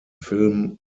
film